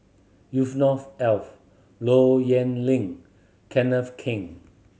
Yusnor Ef Low Yen Ling Kenneth Keng